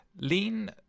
Lean